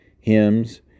hymns